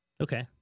Okay